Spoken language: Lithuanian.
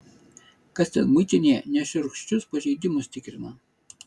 kas ten muitinėje nešiurkščius pažeidimus tikrina